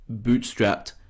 bootstrapped